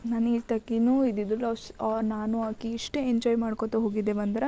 ನನ್ನ ಏಜ್ ತಕ್ಕಿನೂ ಇದ್ದಿದ್ರು ನಾನು ಆಕೆ ಎಷ್ಟು ಎಂಜಾಯ್ ಮಾಡ್ಕೊತ ಹೋಗಿದ್ದೇವಂದ್ರೆ